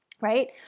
right